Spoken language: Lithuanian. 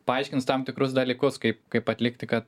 paaiškins tam tikrus dalykus kaip kaip atlikti kad